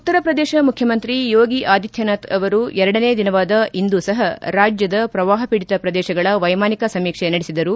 ಉತ್ತರ ಪ್ರದೇಶ ಮುಖ್ಯಮಂತ್ರಿ ಯೋಗಿ ಆದಿತ್ಯನಾಥ್ ಅವರು ಎರಡನೇ ದಿನವಾದ ಇಂದು ಸಹ ರಾಜ್ಯದ ಪ್ರವಾಹ ಪೀಡಿತ ಪ್ರದೇಶಗಳ ವೈಮಾನಿಕ ಸಮೀಕ್ಷೆ ನಡೆಸಿದರು